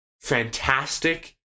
Fantastic